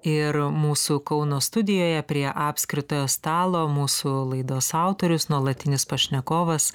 ir mūsų kauno studijoje prie apskritojo stalo mūsų laidos autorius nuolatinis pašnekovas